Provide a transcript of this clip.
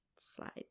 Slide